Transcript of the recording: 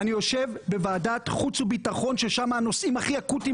אני יושב בוועדת חוץ וביטחון שם עולים הנושאים הכי אקוטיים